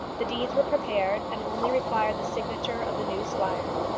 the deeds were prepared, and only required the signature of the new squire.